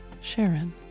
Sharon